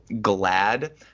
glad